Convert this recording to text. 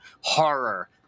Horror